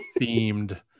themed